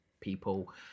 people